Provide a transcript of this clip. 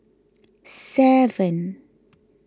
seven